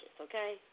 okay